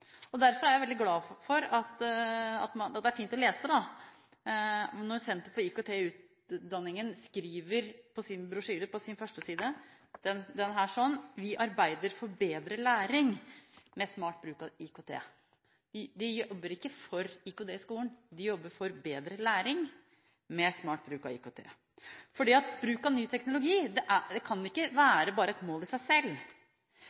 frafall. Derfor er det fint å lese det som Senter for IKT i utdanningen skriver på førstesiden av sin brosjyre: «Vi arbeider for bedre læring med smart bruk av IKT.» De jobber ikke for IKT i skolen, de jobber for bedre læring med smart bruk av IKT. Bruk av ny teknologi kan ikke være bare et mål i seg selv.